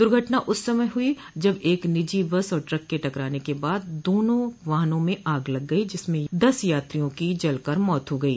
दुर्घटना उस समय हुई जब एक निजी बस और ट्रक के टकराने के बाद दोना वाहनों में आग लग गई जिसमें दस यात्रियों की जलकर मौत हो गई